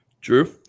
Drew